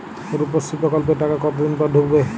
রুপশ্রী প্রকল্পের টাকা কতদিন পর ঢুকবে?